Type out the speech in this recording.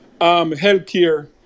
healthcare